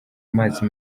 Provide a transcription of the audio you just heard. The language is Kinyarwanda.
amazi